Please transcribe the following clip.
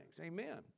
Amen